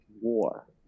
war